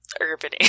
urban